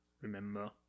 remember